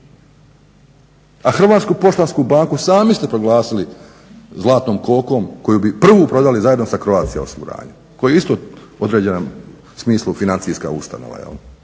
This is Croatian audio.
A Hrvatsku poštansku banku sami ste proglasili zlatnom kokom koju bi prvu prodali zajedno sa Croatia osiguranjem koje je isto u određenom smislu financijska ustanova,